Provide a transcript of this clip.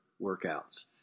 workouts